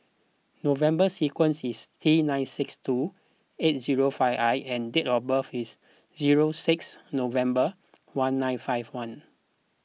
November sequence is T nine six two seven eight zero five I and date of birth is zero six November one nine five one